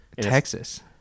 Texas